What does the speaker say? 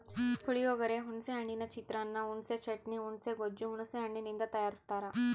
ಪುಳಿಯೋಗರೆ, ಹುಣಿಸೆ ಹಣ್ಣಿನ ಚಿತ್ರಾನ್ನ, ಹುಣಿಸೆ ಚಟ್ನಿ, ಹುಣುಸೆ ಗೊಜ್ಜು ಹುಣಸೆ ಹಣ್ಣಿನಿಂದ ತಯಾರಸ್ತಾರ